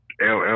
LL